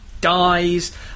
dies